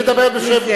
הוא מדבר בשם,